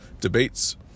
debates